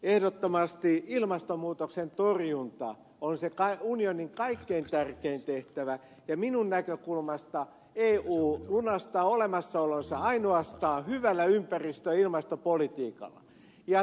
ehdottomasti ilmastonmuutoksen torjunta on se unionin kaikkein tärkein tehtävä ja minun näkökulmastani eu lunastaa olemassaolonsa ainoastaan hyvällä ympäristö ja ilmastopolitiikalla